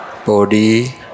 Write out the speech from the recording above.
Body